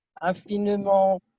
infiniment